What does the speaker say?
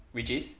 which is